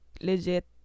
legit